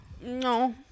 No